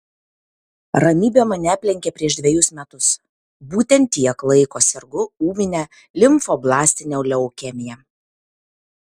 ramybė mane aplenkė prieš dvejus metus būtent tiek laiko sergu ūmine limfoblastine leukemija